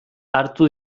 hartu